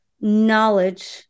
knowledge